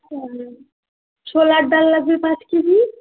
আর ছোলার ডাল লাগবে পাঁচ কেজি